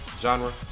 genre